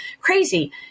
crazy